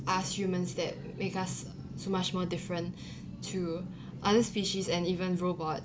us humans that makes us so much more different to other species and even robot